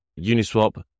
Uniswap